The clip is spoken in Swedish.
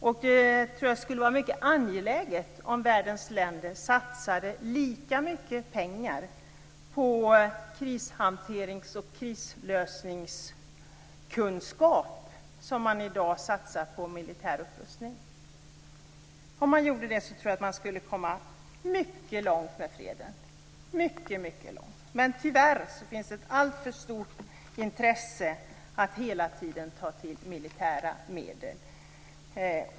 Jag tror att det är angeläget att alla världens länder satsar lika mycket pengar på krishanterings och krislösningskunskap som man i dag satsar på militär upprustning. Om man gjorde det tror jag att man skulle komma mycket, mycket långt med freden. Men tyvärr finns det ett alltför stort intresse av att hela tiden ta till militära medel.